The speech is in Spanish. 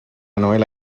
novela